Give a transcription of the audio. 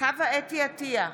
חוה אתי עטייה,